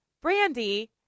Brandy